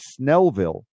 Snellville